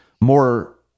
more